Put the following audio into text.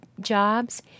jobs